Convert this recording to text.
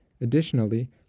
Additionally